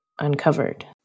Uncovered